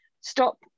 stop